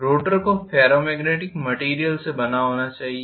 rotor को ferro magnetic material से बना होना चाहिए